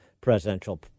presidential